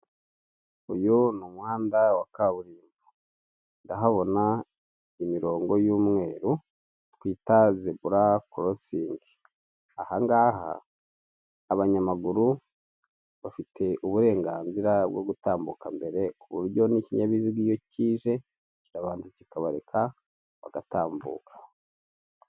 Uyu ni umuhanda wa kaburimbo ndahabona imirongo y'umweru twita zebura korosingi aha ngaha abanyamaguru bafite uburenganzira bwo gutambuka mbere, ku buryo n'ikinyabiziga iyo kije kirabanza kikabareka bagatambuka.